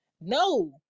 no